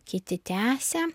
kiti tęsia